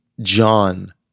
John